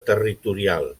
territorial